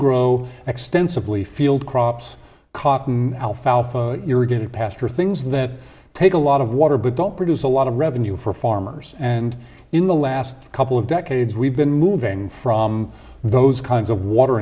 grow extensively field crops cotton alfalfa irrigated paster things that take a lot of water but don't produce a lot of revenue for farmers and in the last couple of decades we've been moving from those kinds of water